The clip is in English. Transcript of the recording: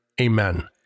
Amen